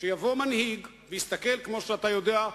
שיבוא מנהיג ויסתכל, כמו שאתה יודע,